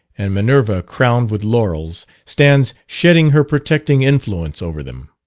and minerva crowned with laurels, stands shedding her protecting influence over them.